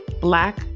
black